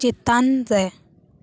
ᱪᱮᱛᱟᱱ ᱨᱮ